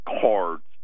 cards